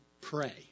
pray